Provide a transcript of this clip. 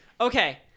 Okay